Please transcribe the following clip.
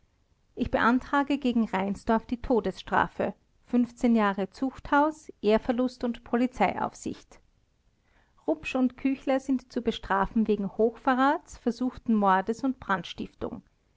ich beantrage gegen reinsdorf die todesstrafe jahre zuchthaus ehrverlust und polizeiaufsicht rupsch und küchler sind zu bestrafen wegen hochverrats versuchten mordes und brandstiftung